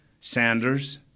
Sanders